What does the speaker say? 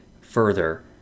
further